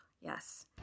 yes